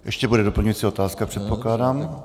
Ještě bude doplňující otázka, předpokládám.